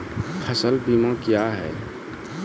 फसल बीमा क्या हैं?